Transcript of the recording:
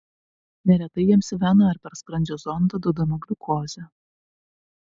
neretai jiems į veną ar per skrandžio zondą duodama gliukozė